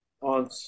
on